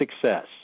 success